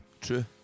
True